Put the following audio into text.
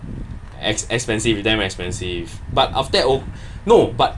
ex~ ex~ expensive damn expensive but after that oh no but